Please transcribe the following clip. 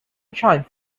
shines